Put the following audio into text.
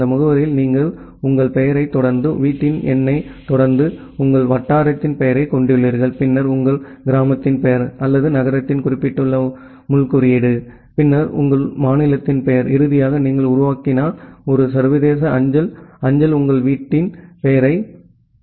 அந்த முகவரியில் நீங்கள் உங்கள் பெயரைத் தொடர்ந்து வீட்டின் எண்ணைத் தொடர்ந்து உங்கள் வட்டாரத்தின் பெயரைக் கொண்டுள்ளீர்கள் பின்னர் உங்கள் கிராமத்தின் பெயர் அல்லது நகரத்தின் குறிப்பிட்ட முள் குறியீடு பின்னர் உங்கள் மாநிலத்தின் பெயர் இறுதியாக நீங்கள் உருவாக்கினால் ஒரு சர்வதேச அஞ்சல் அஞ்சல் உங்கள் நாட்டின் பெயரை மாற்றும்